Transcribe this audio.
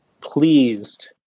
pleased